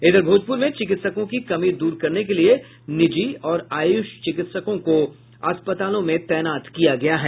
इधर भोजपुर में चिकित्सकों की कमी दूर करने के लिये निजी और आयुष चिकित्सकों को अस्पतालों में तैनात किया गया है